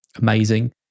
amazing